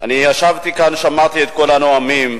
ישבתי כאן, שמעתי את כל הנואמים,